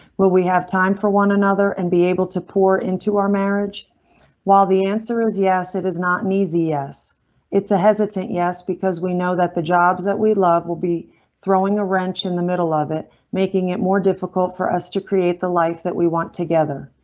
will we have time for one another and be able to pour into our marriage while the answer is yes, it is not an easy as it's a hesitant. yes, because we know that the jobs that we love will be throwing a wrench in the middle of it, making it more difficult for us to create the life that we want together.